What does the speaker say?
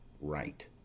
right